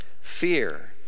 fear